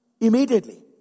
immediately